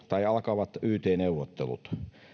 tai alkavat yt neuvottelut